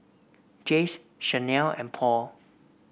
Jays Chanel and Paul